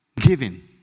Giving